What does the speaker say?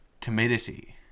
timidity